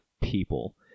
people